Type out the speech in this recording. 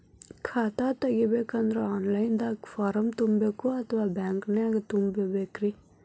ಖಾತಾ ತೆಗಿಬೇಕಂದ್ರ online ದಾಗ ಫಾರಂ ತುಂಬೇಕೊ ಅಥವಾ ಬ್ಯಾಂಕನ್ಯಾಗ ತುಂಬ ಬೇಕ್ರಿ?